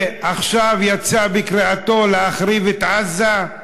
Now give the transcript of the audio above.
ועכשיו יצא בקריאתו להחריב את עזה,